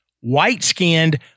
white-skinned